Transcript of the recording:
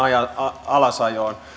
alasajoon